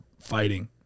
fighting